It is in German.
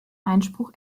einspruch